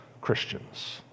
christians